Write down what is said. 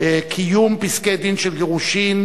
(קיום פסקי-דין של גירושין)